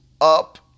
up